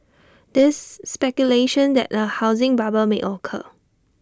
there's speculation that A housing bubble may occur